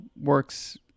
works